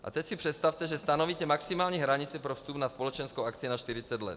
A teď si představte, že stanovíte maximální hranici pro vstup na společenskou akci na 40 let.